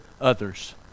others